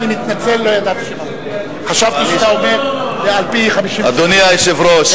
לא אחרי הישיבה, בסוף הישיבה.